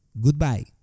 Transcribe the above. Goodbye